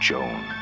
Joan